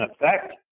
effect